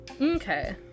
okay